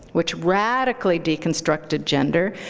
which radically deconstructed gender,